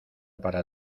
para